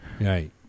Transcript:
Right